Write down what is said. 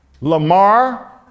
Lamar